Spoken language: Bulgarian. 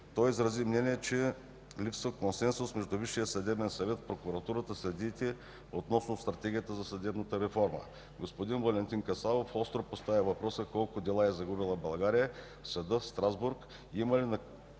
Той изрази мнение, че липсва консенсус между Висшия съдебен съвет, Прокуратурата и съдиите относно Стратегията за съдебната реформа. Господин Валентин Касабов остро постави въпроса колко дела е загубила България в Съда в Страсбург